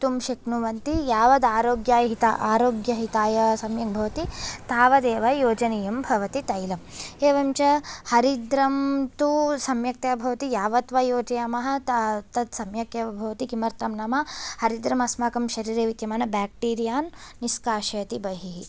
खादितुं शक्नुवन्ति यावद् आरोग्याय हिताय् आरोग्यहिताय सम्यक् भवति तावदेव योजनीयं भवति तैलम् एवञ्च हरिद्रं तु सम्यक्तया भवति यावत् वा योजयामः त तत् सम्यगेव भवति किमर्थं नाम हरिद्रम् अस्माकं शरीरे विद्यमान बेक्टीरियान् निष्काशयति बहिः